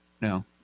No